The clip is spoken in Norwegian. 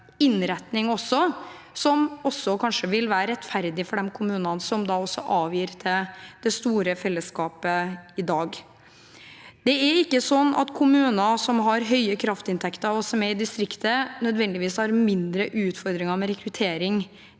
innretning som kanskje vil være rettferdig for de kommunene som avgir til det store fellesskapet i dag. Det er ikke sånn at kommuner som har høye kraftinntekter, og som er i distriktet, nødvendigvis har mindre utfordringer med rekruttering